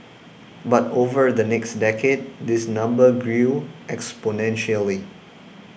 but over the next decade this number grew exponentially